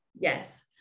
Yes